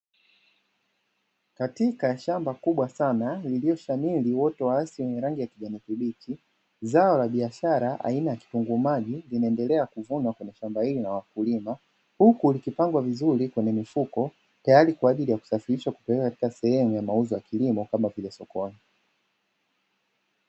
Katika shamba kubwa sana lililoshamiri uoto wa asili wenye rangi ya kijani kibichi. Zao la biashara aina ya kitunguu maji linaendelea kuvunwa kwenye shamba hili na wakulima, huku likipangwa vizuri kwenye mifuko tayari kwa ajili ya kusafirisha kupeleka katika sehemu ya mauzo ya kilimo kama vile sokoni.